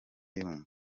yumva